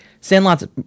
Sandlot's